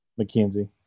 McKenzie